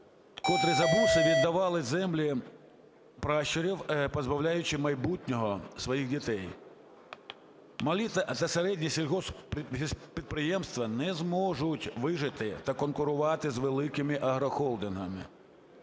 котрі за бусы віддавали землі пращурів, позбавляючи майбутнього своїх дітей. Малі та середні сільгосппідприємства не зможуть вижити та конкурувати з великими агрохолдингами,